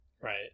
Right